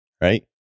Right